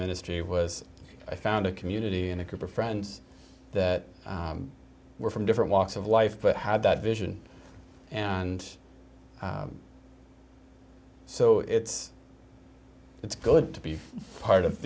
ministry was i found a community and a group of friends that were from different walks of life but had that vision and so it's it's good to be part of